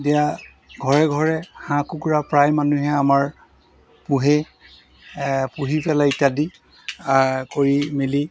এতিয়া ঘৰে ঘৰে হাঁহ কুকুৰা প্ৰায় মানুহে আমাৰ পোহে পুহি পেলাই ইত্যাদি কৰি মেলি